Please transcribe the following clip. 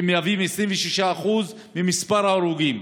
שמהווים 26% ממספר ההרוגים,